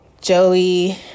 Joey